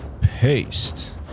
Paste